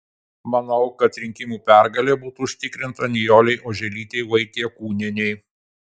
manau kad rinkimų pergalė būtų užtikrinta nijolei oželytei vaitiekūnienei